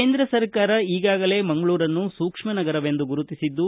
ಕೇಂದ್ರ ಸರ್ಕಾರ ಈಗಾಗಲೇ ಮಂಗಳೂರನ್ನುಸೂಕ್ಷ್ಮ ನಗರವೆಂದು ಗುರುತಿಸಿದ್ದು